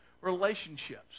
relationships